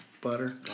butter